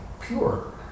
pure